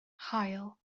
haul